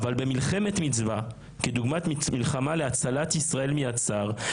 אבל במלחמת מצווה כדוגמת מלחמה להצלת ישראל מיד צר,